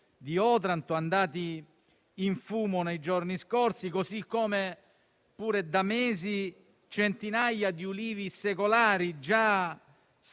di Otranto, andati in fumo nei giorni scorsi. Allo stesso modo, da mesi centinaia di ulivi secolari, già